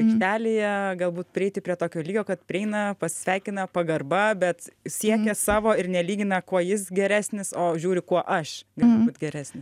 aikštelėje galbūt prieiti prie tokio lygio kad prieina pasisveikina pagarba bet siekia savo ir nelygina kuo jis geresnis o žiūri kuo aš galiu būt geresnis